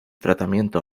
tratamiento